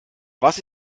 was